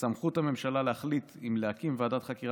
סמכות הממשלה להחליט אם להקים ועדת חקירה